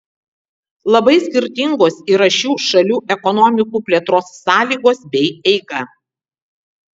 labai skirtingos yra šių šalių ekonomikų plėtros sąlygos bei eiga